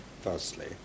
firstly